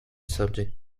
subject